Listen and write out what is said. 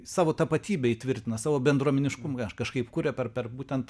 savo tapatybę įtvirtina savo bendruomeniškumui ar kažkaip kuria per per būtent